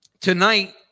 tonight